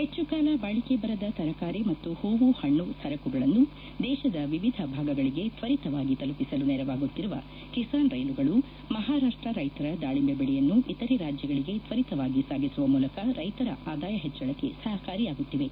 ಹೆಚ್ಚು ಕಾಲ ಬಾಳಿಕೆ ಬರದ ತರಕಾರಿ ಮತ್ತು ಹೂವು ಹಣ್ಣು ಸರಕುಗಳನ್ನು ದೇಶದ ವಿವಿಧ ಭಾಗಗಳಿಗೆ ತ್ತರಿತವಾಗಿ ತಲುಪಿಸಲು ನೆರವಾಗುತ್ತಿರುವ ಕಿಸಾನ್ ರೈಲುಗಳು ಮಹಾರಾಷ್ಷ ರೈತರ ದಾಳಿಂಬೆ ಬೆಳೆಯನ್ನು ಇತರೆ ರಾಜ್ಗಳಿಗೆ ತ್ವರಿತವಾಗಿ ಸಾಗಿಸುವ ಮೂಲಕ ರೈತರ ಆದಾಯ ಹೆಚ್ಚಳಕ್ಕೆ ಸಹಕಾರಿಯಾಗುತ್ತಿವೆ